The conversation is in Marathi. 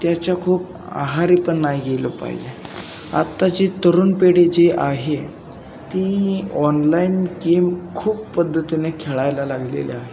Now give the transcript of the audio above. त्याच्या खूप आहारी पण नाही गेलं पाहिजे आत्ताची तरुण पिढी जी आहे ती ऑनलाइन गेम खूप पद्धतीने खेळायला लागलेली आहे